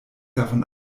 davon